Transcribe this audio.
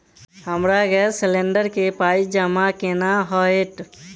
हमरा gas cylinder केँ पाई जमा केना हएत?